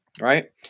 Right